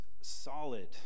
solid